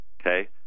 Okay